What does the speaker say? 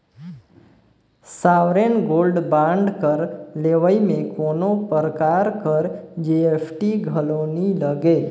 sovereign gold bond कर लेवई में कोनो परकार कर जी.एस.टी घलो नी लगे